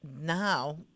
now